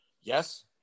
Yes